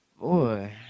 boy